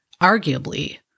arguably